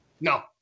No